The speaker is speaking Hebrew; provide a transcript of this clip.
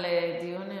על דיון מרתק.